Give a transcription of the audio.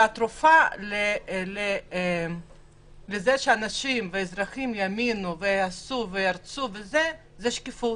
התרופה לזה שאנשים ואזרחים יאמינו ויעשו - זה שקיפות,